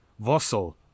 Vossel